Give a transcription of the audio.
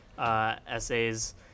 essays